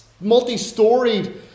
multi-storied